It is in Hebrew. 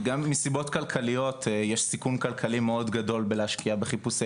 גם מסיבות כלכליות יש סיכון כלכלי מאוד גדול בלהשקיע בחיפושי